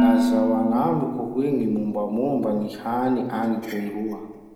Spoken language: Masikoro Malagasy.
Lazao agnamiko hoe gny mombamomba gny hany agny Peroa?